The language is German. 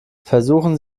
versuchen